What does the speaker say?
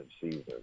season